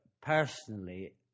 personally